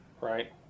right